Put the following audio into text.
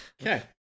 Okay